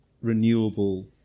renewable